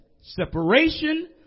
Separation